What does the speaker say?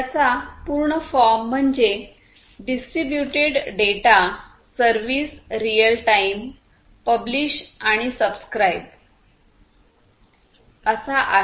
याचा संपूर्ण फॉर्म म्हणजे distributed data service real time publish आणि सबस्क्राईब असा आहे